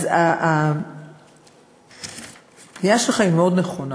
אז הפנייה שלך מאוד נכונה,